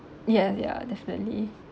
ya ya definitely